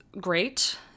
great